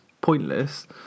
pointless